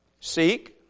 Seek